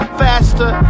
faster